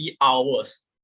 hours